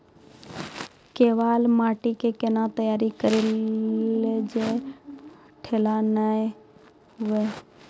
केवाल माटी के कैना तैयारी करिए जे ढेला नैय हुए?